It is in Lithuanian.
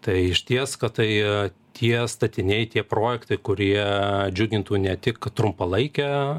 tai išties kad tai tie statiniai tie projektai kurie džiugintų ne tik trumpalaikę